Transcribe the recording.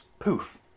Poof